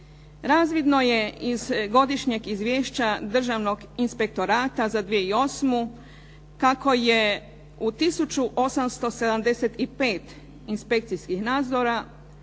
Razvidno je iz Godišnjeg izvješća Državnog inspektorata za 2008. kako je u tisuću 875 inspekcijskih nadzora